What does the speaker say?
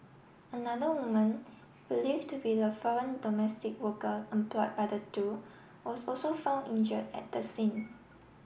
another woman believe to be the foreign domestic worker employ by the two was also found injured at the scene